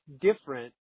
different